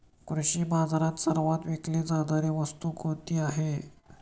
कृषी बाजारात सर्वात विकली जाणारी वस्तू कोणती आहे?